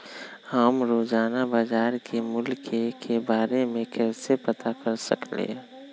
हम रोजाना बाजार के मूल्य के के बारे में कैसे पता कर सकली ह?